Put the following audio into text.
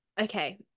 Okay